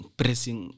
pressing